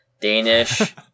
Danish